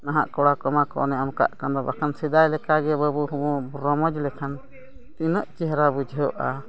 ᱱᱟᱦᱟᱠ ᱠᱚᱲᱟ ᱠᱚᱢᱟ ᱠᱚ ᱚᱱᱮ ᱚᱱᱠᱟᱜ ᱠᱟᱱ ᱫᱚ ᱵᱟᱠᱷᱟᱱ ᱫᱚ ᱥᱮᱫᱟᱭ ᱞᱮᱠᱟᱜᱮ ᱵᱟᱹᱵᱩ ᱵᱚᱱ ᱨᱚᱢᱚᱡᱽ ᱞᱮᱠᱷᱟᱱ ᱛᱤᱱᱟᱹᱜ ᱪᱮᱦᱨᱟ ᱵᱩᱡᱷᱟᱹᱜᱼᱟ